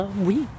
oui